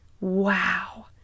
Wow